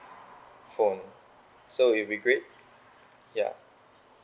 phone so it'll be great ya